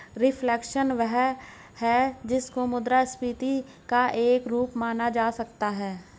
reflation वह है जिसको मुद्रास्फीति का एक रूप माना जा सकता है